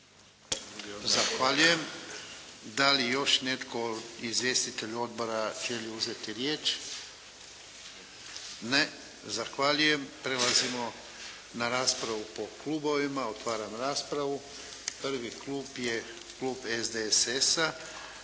Zahvaljujem. Da li još netko, izvjestitelj odbora želi uzeti riječ? Ne. Zahvaljujem. Prelazimo na raspravu po klubovima. Otvaram raspravu. Prvi klub je Klub SDSS-a